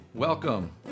Welcome